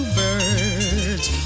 birds